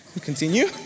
continue